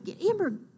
Amber